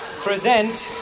present